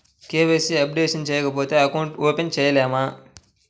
KYC updation చేయకపోతే account open చేయలేమా?